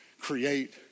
create